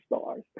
stars